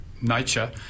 nature